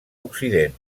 occident